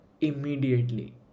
immediately